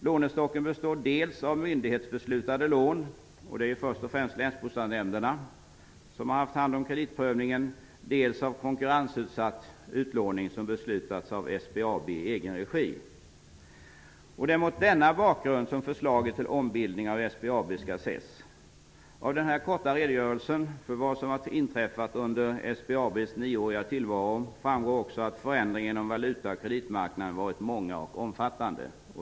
Lånestocken består dels av myndighetsbeslutade lån -- det är först och främst länsbostadsnämnderna som har haft hand om kreditprövningen --, dels av konkurrensutsatt utlåning, som beslutats av SBAB Det är mot denna bakgrund som förslaget till ombildning av SBAB skall ses. Av den här korta redogörelsen för vad som har inträffat under SBAB:s nioåriga tillvaro framgår också att förändringarna inom valuta och kreditmarknaden har varit många och omfattande.